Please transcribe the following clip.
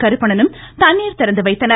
கருப்பணனும் தண்ணீர் திறந்துவைத்தனர்